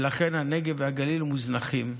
ולכן הנגב והגליל מוזנחים.